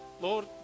Lord